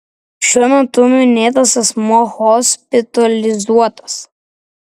šiuo metu minėtas asmuo hospitalizuotas